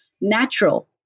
Natural